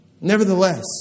Nevertheless